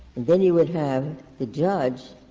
then you would have the judge